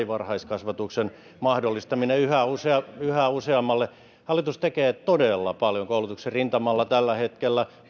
varhaiskasvatuksen mahdollistaminen yhä useammalle hallitus tekee todella paljon koulutuksen rintamalla tällä hetkellä